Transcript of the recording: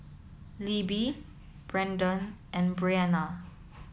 Libbie Branden and Brenna